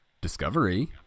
Discovery